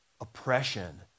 Oppression